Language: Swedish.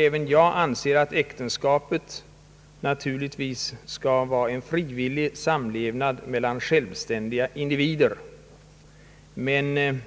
Även jag anser att äktenskapet naturligtvis skall vara en frivillig samlevnad mellan självständiga individer. Men